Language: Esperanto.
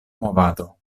movado